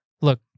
look